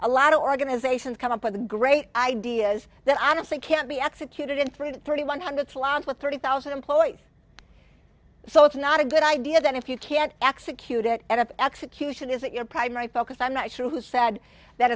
a lot of organizations come up with a great ideas that honestly can't be executed in three to thirty one hundred lines with thirty thousand employees so it's not a good idea then if you can't execute it and if execution isn't your primary focus i'm not sure who said that